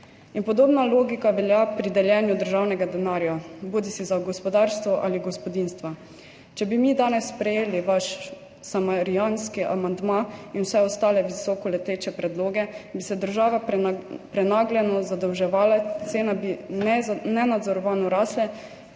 Podobna logika velja pri deljenju državnega denarja bodisi za gospodarstvo ali gospodinjstva. Če bi mi danes sprejeli vaš samarijanski amandma in vse ostale visoko leteče predloge, bi se država prenagljeno zadolževala, cene bi nenadzorovano rasle,